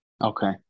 Okay